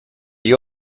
you